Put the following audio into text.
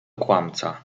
kłamca